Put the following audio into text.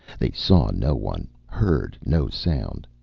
they saw no one, heard no sound.